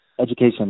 education